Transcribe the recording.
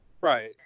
Right